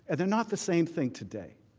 and not the same thing today.